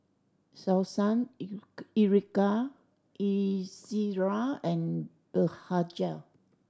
Selsun Ezerra and Blephagel